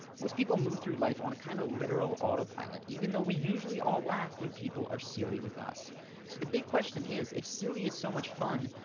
once people move through life on a kind of literal autopilot even though we usually all laugh when people are silly with us. so the big questions is if silly is so much fun,